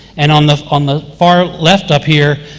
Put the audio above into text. and, on the on the far left up here,